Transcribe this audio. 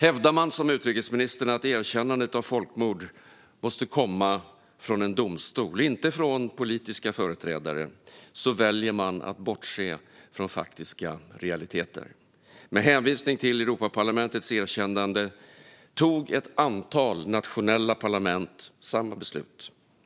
Hävdar man som utrikesministern gör att erkännandet av folkmord måste komma från en domstol och inte från politiska företrädare väljer man att bortse från faktiska realiteter. Med hänvisning till Europaparlamentets erkännande tog ett antal nationella parlament samma beslut.